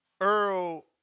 Earl